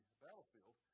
battlefield